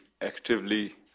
actively